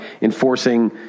enforcing